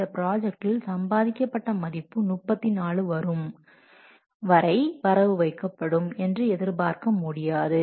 இந்த ப்ராஜெக்டில் சம்பாதிக்க பட்ட மதிப்பு 34 வரும் வரை வரவு வைக்கப்படும் என்று எதிர்பார்க்க முடியாது